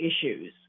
issues